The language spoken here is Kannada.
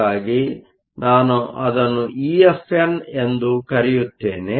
ಹಾಗಾಗಿ ನಾನು ಅದನ್ನು EFn ಎಂದು ಕರೆಯುತ್ತೇನೆ